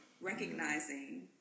recognizing